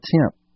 attempt